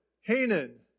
Hanan